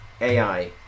AI